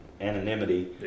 anonymity